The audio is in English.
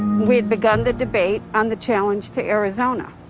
we had begun the debate on the challenge to arizona.